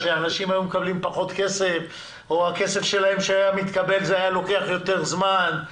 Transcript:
אנשים היו מקבלים פחות כסף או הכסף שלהם שהיה מתקבל היה לוקח יותר זמן?